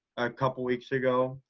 couple of weeks ago,